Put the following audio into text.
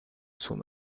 suoi